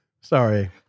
Sorry